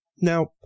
now